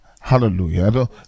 hallelujah